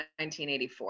1984